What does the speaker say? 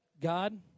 God